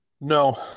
no